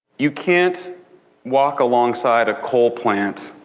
you can't walk alongside a coal plant